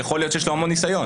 יכול להיות שיש לו המון ניסיון.